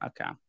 Okay